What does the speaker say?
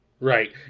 Right